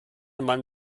man